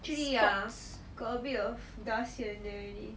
dust